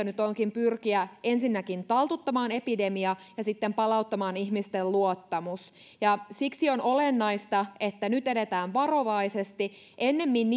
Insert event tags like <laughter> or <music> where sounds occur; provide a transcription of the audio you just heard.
<unintelligible> nyt onkin pyrkiä ensinnäkin taltuttamaan epidemia ja sitten palauttamaan ihmisten luottamus ja siksi on olennaista että nyt edetään varovaisesti ennemmin <unintelligible>